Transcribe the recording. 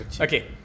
Okay